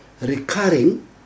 recurring